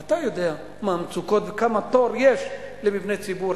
אתה יודע מה המצוקות ואיזה תור יש למבני ציבור.